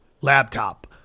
laptop